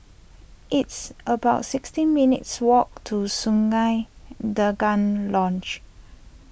it's about sixteen minutes' walk to Sungei Tengah Lodge